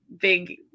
big